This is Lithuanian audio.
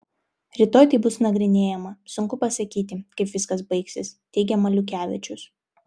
rytoj tai bus nagrinėjama sunku pasakyti kaip viskas baigsis teigia maliukevičius